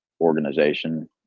organization